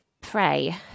pray